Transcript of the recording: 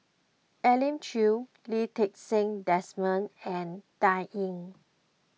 Elim Chew Lee Ti Seng Desmond and Dan Ying